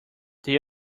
they